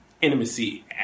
Intimacy